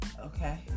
okay